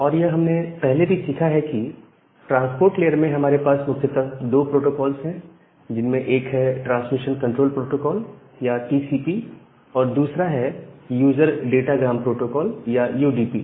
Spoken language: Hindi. और यह हमने पहले भी सीखा है कि ट्रांसपोर्ट लेयर में हमारे पास मुख्यतः दो प्रोटोकॉल्स हैं जिनमें एक है ट्रांसमिशन कंट्रोल प्रोटोकोल या टीसीपी और दूसरा है यूजर डाटा ग्राम प्रोटोकॉल या यूडीपी